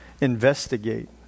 investigate